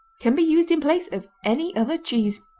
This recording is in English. can be used in place of any other cheese.